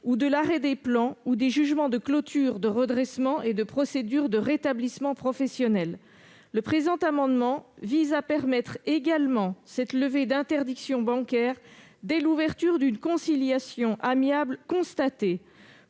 d'arrêt des plans ou des jugements de clôture ou de redressement, ou de procédure de rétablissement professionnel. Le présent amendement vise à permettre également cette levée d'interdiction bancaire dès la constatation d'une conciliation amiable. Pour les